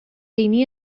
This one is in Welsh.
rheiny